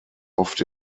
oft